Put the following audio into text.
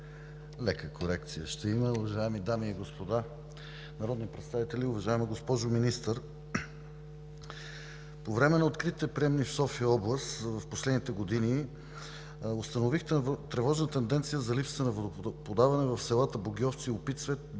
Председател, уважаеми дами и господа народни представители! Уважаема госпожо Министър, по време на откритите приемни в София област в последните години установих тревожна тенденция за липса на водоподаване в селата Богьовци, Опицвет